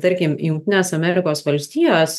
tarkim jungtinės amerikos valstijos